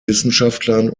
wissenschaftlern